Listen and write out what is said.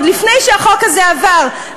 עוד לפני שהחוק הזה עבר,